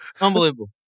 Unbelievable